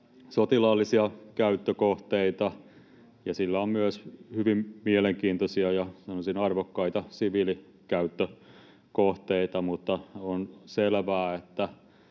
sotilaallisia käyttökohteita, ja sillä on myös hyvin mielenkiintoisia ja, sanoisin, arvokkaita siviilikäyttökohteita, mutta on selvää, että